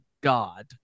god